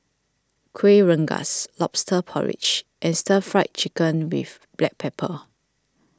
Kuih Rengas Lobster Porridge and Stir Fry Chicken with Black Pepper